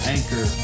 Anchor